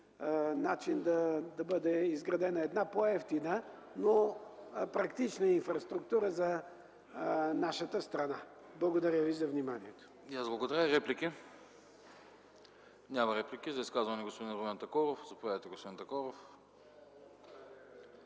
начин да бъде изградена една по-евтина, но практична инфраструктура за нашата страна. Благодаря Ви за вниманието.